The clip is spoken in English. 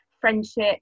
friendship